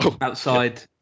Outside